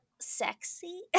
sexy